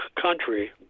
country